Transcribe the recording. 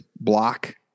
block